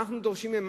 מה אנחנו דורשים מהם?